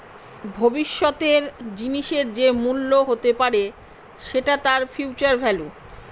ভবিষ্যতের জিনিসের যে মূল্য হতে পারে সেটা তার ফিউচার ভেল্যু